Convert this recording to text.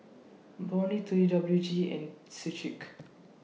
Burnie T W G and Schick